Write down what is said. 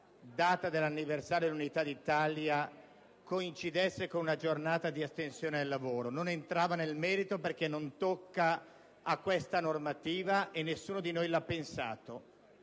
data dell'anniversario dell'Unità d'Italia debba coincidere con una giornata di astensione dal lavoro. Non entra nel merito perché non tocca a questa normativa e nessuno di noi l'ha pensato.